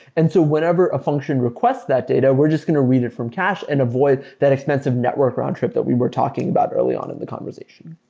and so whenever a function requests that data, we're just going to read it from cache and avoid that expensive network round trip that we were talking about early on in the conversation.